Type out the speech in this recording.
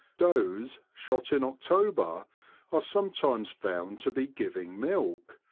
does shot in october are sometimes found to be giving milk,